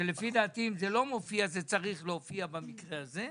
שלפי דעתי צריכות להופיע, במקרה הזה,